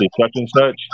Such-and-Such